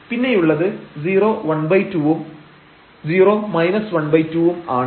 പിന്നെയുള്ളത് 012 വും 0 12 വും ആണ്